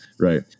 right